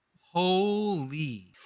Holy